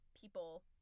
people